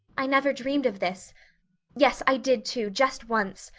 i never dreamed of this yes, i did too, just once!